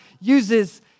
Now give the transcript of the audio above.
uses